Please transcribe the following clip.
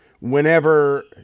Whenever